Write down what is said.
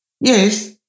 Yes